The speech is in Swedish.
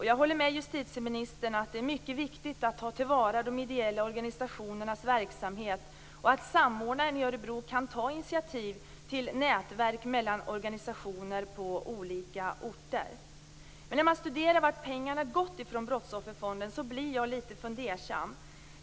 Jag håller med justitieministern om att det är mycket viktigt att ta till vara de ideella organisationernas verksamhet och att samordnaren i Örebro kan ta initiativ till nätverk mellan organisationer på olika orter. Men när man studerar vart pengarna från Brottsofferfonden har gått blir jag lite fundersam.